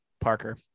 Parker